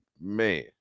man